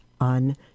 on